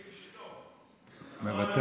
מוותר.